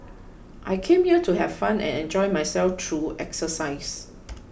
I came here to have fun and enjoy myself through exercise